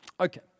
Okay